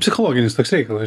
psichologinis toks reikalas